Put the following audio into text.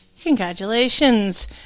Congratulations